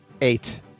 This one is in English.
Eight